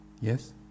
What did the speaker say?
yes